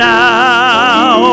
now